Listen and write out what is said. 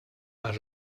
għar